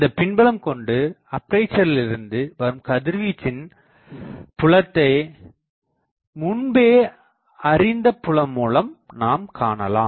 இந்தப் பின்புலம் கொண்டு அப்பேசரிலிருந்து வரும் கதிர்வீச்சின் புலத்தை முன்பே அறிந்த புலம் மூலம் நாம் காணலாம்